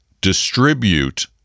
distribute